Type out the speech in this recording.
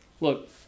Look